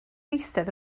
eistedd